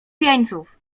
jeńców